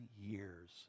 years